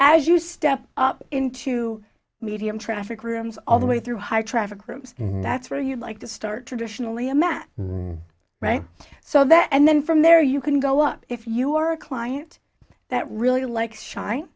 as you step up into medium traffic rooms all the way through high traffic rooms and that's where you'd like to start traditionally amat so that and then from there you can go up if you are a client that really likes shine